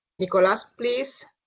nicholas, please?